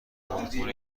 آپارتمان